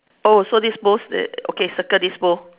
oh so this bowl's the~ okay circle this bowl